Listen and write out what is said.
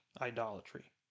idolatry